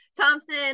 Thompson